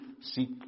seek